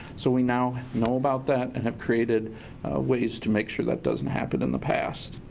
so we now know about that and have created ways to make sure that doesn't happen in the past.